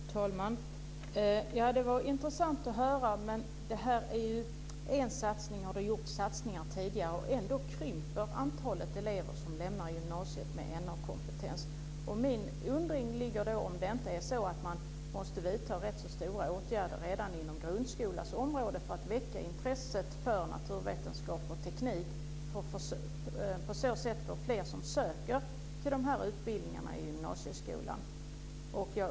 Fru talman! Det var intressant att höra. Det här var en satsning, och det har gjorts satsningar tidigare. Ändå krymper antalet elever som lämnar gymnasiet med na-kompetens. Jag undrar om man inte måste vidta ganska stora åtgärder redan i grundskolan för att väcka intresset för naturvetenskap och teknik för att få fler att söka till de här utbildningarna i gymnasieskolan.